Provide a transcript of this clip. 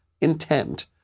intent